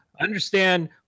understand